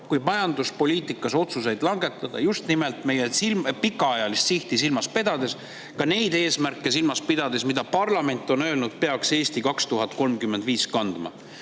kui majanduspoliitikas otsuseid langetada just nimelt meie pikaajalist sihti silmas pidades, ka neid eesmärke silmas pidades, mida, nagu parlament on öelnud, peaks "Eesti 2035" kandma.